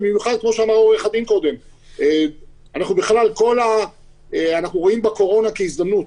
אנחנו רואים בקורונה כהזדמנות.